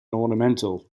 ornamental